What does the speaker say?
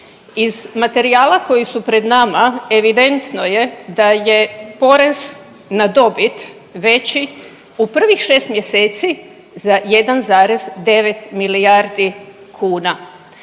Iz materijala koji su pred nama evidentno je da porez na dobit veći u prvih 6 mjeseci za 1,9 milijardi kuna.